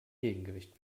gegengewicht